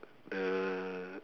the